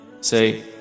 say